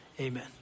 Amen